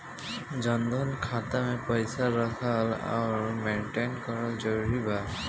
जनधन खाता मे पईसा रखल आउर मेंटेन करल जरूरी बा?